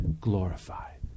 glorified